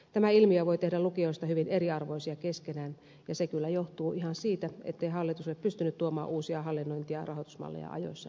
tämä ilmiö voi tehdä lukioista hyvin eriarvoisia keskenään ja se kyllä johtuu ihan siitä ettei hallitus ole pystynyt tuomaan uusia hallinnointi ja rahoitusmalleja ajoissa esille